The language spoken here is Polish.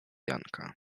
janka